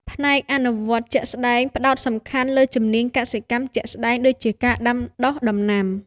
ផ្នែកអនុវត្តជាក់ស្តែងផ្តោតសំខាន់លើជំនាញកសិកម្មជាក់ស្តែងដូចជាការដាំដុះដំណាំ។